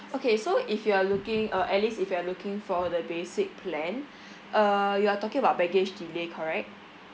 okay so if you are looking uh alice if you are looking for the basic plan uh you are talking about baggage delay correct